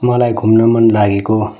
मलाई घुम्न मनलागेको